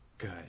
Good